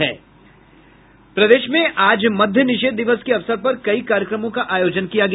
प्रदेश में आज मद्य निषेध दिवस के अवसर पर कई कार्यक्रमों का आयोजन किया गया